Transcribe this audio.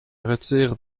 retire